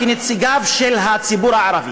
כנציגיו של הציבור הערבי,